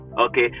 okay